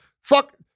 Fuck